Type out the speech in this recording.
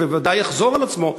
בוודאי יחזור על עצמו,